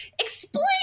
Explain